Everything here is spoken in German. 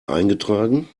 eingetragen